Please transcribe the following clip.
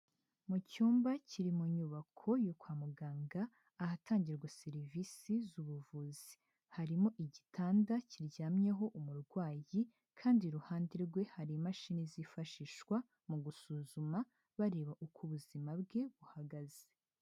Mu cyumba kiri mu nyubako yo kwa muganga, ahatangirwa serivisi z'ubuvuzi, harimo igitanda kiryamyeho umurwayi kandi iruhande rwe hari imashini zifashishwa, mu gusuzuma bareba uko ubuzima bwe buhagaze.